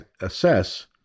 assess